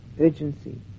urgency